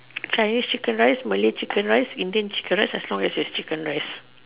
Chinese chicken rice Malay chicken rice Indian chicken rice as long as there is chicken rice